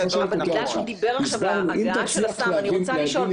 בגלל שהוא דיבר עכשיו על ההגעה של הסם אני רוצה לשאול,